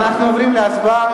אנחנו עוברים להצבעה.